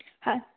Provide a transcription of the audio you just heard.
ਹਾ